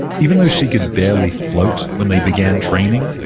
even though she could barely float when they began training,